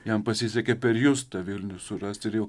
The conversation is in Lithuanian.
jam pasisekė per jus tą vilnių surast ir jau